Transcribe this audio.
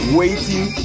waiting